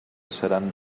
seran